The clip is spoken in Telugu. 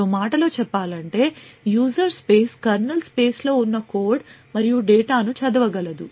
మరో మాటలో చెప్పాలంటే యూజర్ స్పేస్ కెర్నల్ స్పేస్లో ఉన్న కోడ్ మరియు డేటాను చదవగలదు